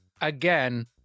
again